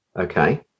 Okay